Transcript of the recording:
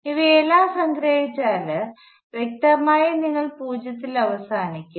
ഇവയെല്ലാം സംഗ്രഹിച്ചാൽ വ്യക്തമായും നിങ്ങൾ പൂജ്യത്തിൽ അവസാനിക്കും